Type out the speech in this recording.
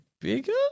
bigger